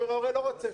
אומר ההורה: לא רוצה,